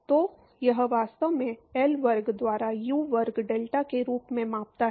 तो यह वास्तव में एल वर्ग द्वारा यू वर्ग डेल्टा के रूप में मापता है